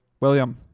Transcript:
william